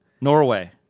Norway